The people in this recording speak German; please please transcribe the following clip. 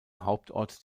hauptort